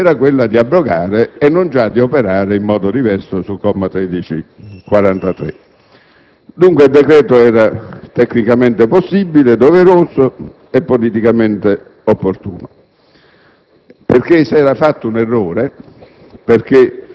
Ma a quel punto la scelta politica opportuna era quella di abrogare, e non già di operare in modo diverso sul comma 1343. Dunque, il decreto era tecnicamente possibile, doveroso e politicamente opportuno,